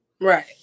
Right